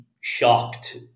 shocked